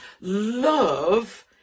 Love